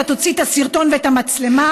אתה תוציא את הסרטון ואת המצלמה,